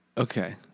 Okay